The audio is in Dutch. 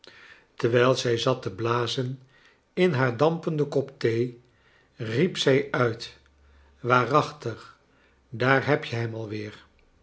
terwijl zij zat te blazen in haar dampenden kop thee riep zij uit waarachtig daar heb je hem al weer